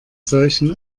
solchen